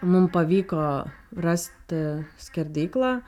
mum pavyko rasti skerdyklą